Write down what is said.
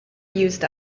used